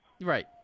Right